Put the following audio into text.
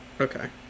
Okay